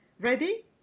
ready